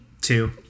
Two